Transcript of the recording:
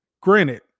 granted